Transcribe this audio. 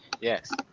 Yes